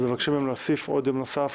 אז מבקשים מהם להוסיף עוד יום נוסף